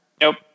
Nope